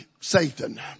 Satan